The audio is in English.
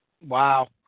Wow